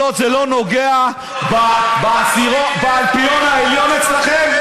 כל עוד זה לא נוגע באלפיון העליון אצלכם,